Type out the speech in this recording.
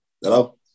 Hello